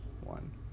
one